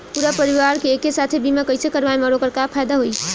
पूरा परिवार के एके साथे बीमा कईसे करवाएम और ओकर का फायदा होई?